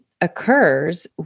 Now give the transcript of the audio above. occurs